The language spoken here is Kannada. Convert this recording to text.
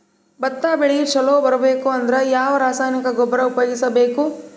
ಭತ್ತ ಬೆಳಿ ಚಲೋ ಬರಬೇಕು ಅಂದ್ರ ಯಾವ ರಾಸಾಯನಿಕ ಗೊಬ್ಬರ ಉಪಯೋಗಿಸ ಬೇಕು?